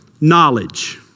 Knowledge